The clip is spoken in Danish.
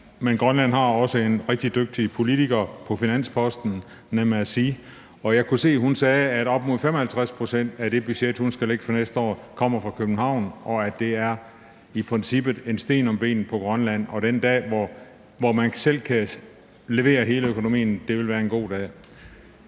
men Grønland har også en rigtig dygtig politiker på finansposten, nemlig Asii Chemnitz Narup, og jeg kunne se, at hun sagde, at op mod 55 pct. af det budget, hun skal lægge for næste år, kommer fra København, og at det i princippet er en klods om benet på Grønland. Den dag, hvor man selv kan levere hele økonomien, vil være en god dag.